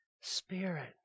Spirit